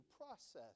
process